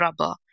Rubber